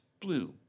blue